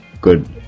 good